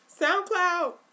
SoundCloud